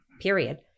period